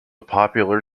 popular